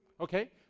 Okay